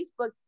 Facebook